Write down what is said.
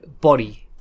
body